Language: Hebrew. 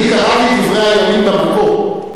אני קראתי את "דברי הימים" במקור.